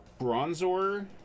Bronzor